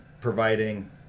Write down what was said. providing